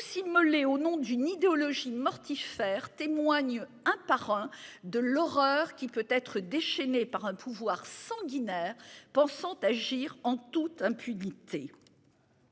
s'immoler au nom d'une idéologie mortifère, témoigne un par un, de l'horreur qui peut être déchaînée par un pouvoir sanguinaire pensante agir en toute impunité.